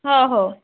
हो हो